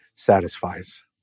satisfies